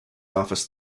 office